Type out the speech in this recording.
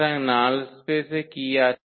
সুতরাং নাল স্পেসে কি আছে